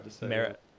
merit